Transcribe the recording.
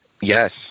yes